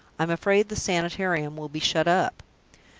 i'm afraid the sanitarium will be shut up.